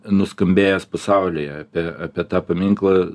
nuskambėjęs pasaulyje apie apie tą paminklą